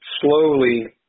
slowly